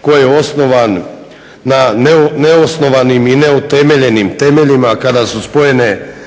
koji je osnovan na neosnovanim i neutemeljenim temeljima kada su spojene